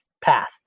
path